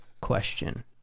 question